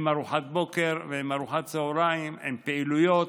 עם ארוחת בוקר ועם ארוחת צוהריים, עם פעילויות.